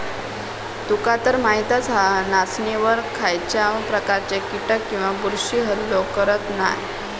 तुकातर माहीतच हा, नाचणीवर खायच्याव प्रकारचे कीटक किंवा बुरशी हल्लो करत नाय